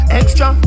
extra